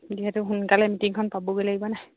যিহেতু সোনকালে মিটিংখন পাবগৈ লাগিব নাই